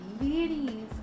ladies